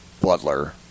Butler